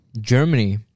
Germany